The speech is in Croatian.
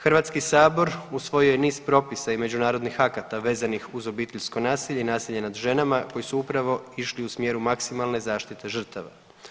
HS usvojio je niz propisa i međunarodnih akata vezanih uz obiteljsko nasilje i nasilje nad ženama koji su upravo išli u smjeru maksimalne zaštite žrtava.